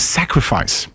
sacrifice